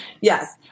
Yes